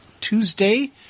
Tuesday